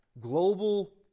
global